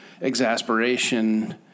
exasperation